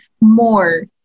more